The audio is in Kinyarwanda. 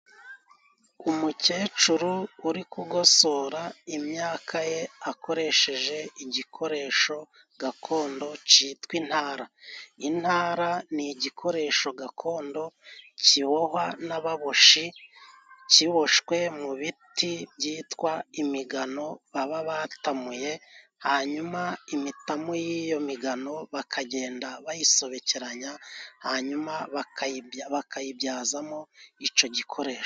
Umukecuru uri kugosora imyaka ye akoresheje igikoresho gakondo citwa intara. Intara ni igikoresho gakondo kibohwa n'ababoshi, kiboshwe mu biti byitwa imigano baba batamuye, hanyuma imitamu y'iyo migano bakagenda bayisobekeranya, hanyuma bakayibya bakayibyazamo ico gikoresho.